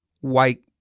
white